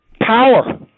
power